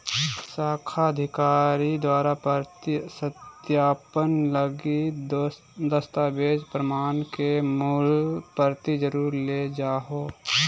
शाखा अधिकारी द्वारा प्रति सत्यापन लगी दस्तावेज़ प्रमाण के मूल प्रति जरुर ले जाहो